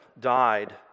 died